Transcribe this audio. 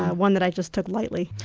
one that i just took lightly.